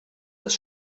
das